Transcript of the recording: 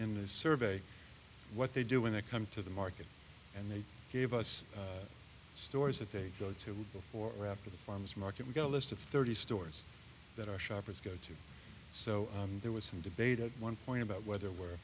in this survey what they do when they come to the market and they gave us stores that they go to before or after the farmer's market we've got a list of thirty stores that are shoppers go to so there was some debate at one point about whether we're